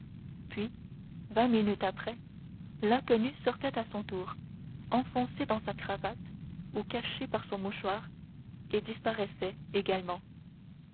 puis vingt minutes après l'inconnu sortait à son tour enfoncé dans sa cravate ou caché par son mouchoir et disparaissait également